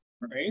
right